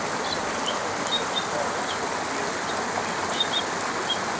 besides thirty-six halls for the guilds and mechanics' societies.